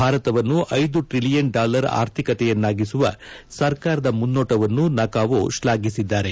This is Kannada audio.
ಭಾರತವನ್ನು ಐದು ಟ್ರಲಿಯನ್ ಡಾಲರ್ ಆರ್ಥಿಕತೆಯನ್ನಾಗಿಸುವ ಸರ್ಕಾರದ ಮುನ್ನೋಟವನ್ನು ನಕಾವೋ ಶ್ಲಾಘಿಸಿದ್ದಾರೆ